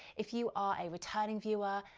if you are a returning viewer,